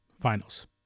finals